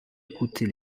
écoutez